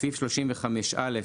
בסעיף 35(א),